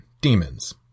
demons